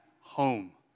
home